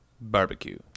barbecue